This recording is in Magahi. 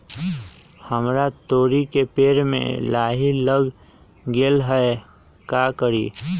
हमरा तोरी के पेड़ में लाही लग गेल है का करी?